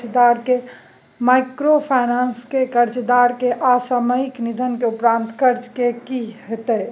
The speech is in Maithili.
माइक्रोफाइनेंस के कर्जदार के असामयिक निधन के उपरांत कर्ज के की होतै?